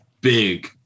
big